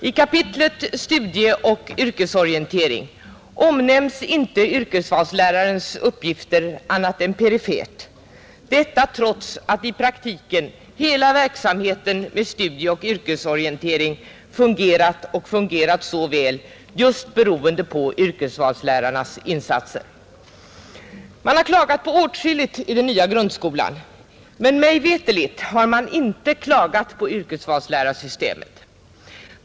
I kapitlet Studieoch yrkesorientering omnämns inte yrkesvalslärarens uppgifter annat än perifert — detta trots att i praktiken hela verksamheten med studieoch yrkesorientering fungerat och fungerat så väl just beroende på yrkesvalslärarnas insatser, Man har klagat på åtskilligt i den nya grundskolan, men mig veterligt har man inte klagat på yrkesvalslärarsystemet.